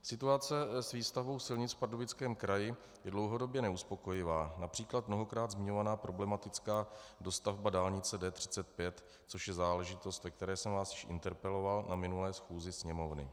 Situace s výstavbou silnic v Pardubickém kraji je dlouhodobě neuspokojivá, například mnohokrát zmiňovaná problematická dostavba dálnice D35, což záležitost, ve které jsem vás již interpeloval na minulé schůzi Sněmovny.